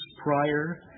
prior